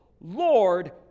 Lord